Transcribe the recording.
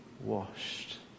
washed